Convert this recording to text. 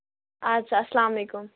اَدٕ سا اسلامُ علیکُم